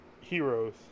heroes